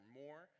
more